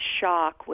shock